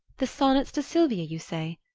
the sonnets to silvia, you say?